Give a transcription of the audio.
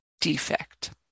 defect